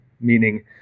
meaning